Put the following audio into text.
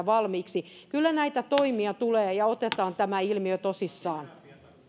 valmiiksi kyllä näitä toimia tulee ja tämä ilmiö otetaan tosissaan